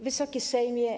Wysoki Sejmie!